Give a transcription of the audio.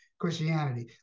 Christianity